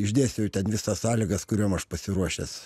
išdėsčiau visas sąlygas kuriom aš pasiruošęs